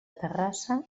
terrassa